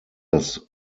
das